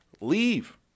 Leave